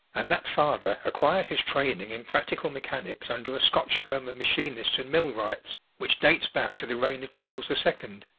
and that father acquired his training in practical mechanics under a scotch firm of machinists and mill-wrights which dates back to the reign of charles the second.